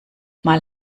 mal